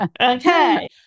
Okay